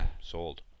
Sold